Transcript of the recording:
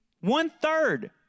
One-third